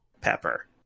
pepper